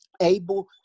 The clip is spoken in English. able